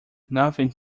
nothing